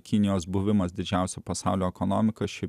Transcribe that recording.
kinijos buvimas didžiausia pasaulio ekonomika šį